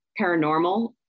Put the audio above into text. paranormal